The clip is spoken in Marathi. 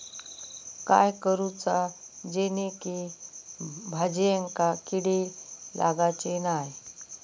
काय करूचा जेणेकी भाजायेंका किडे लागाचे नाय?